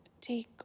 take